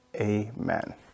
Amen